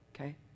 okay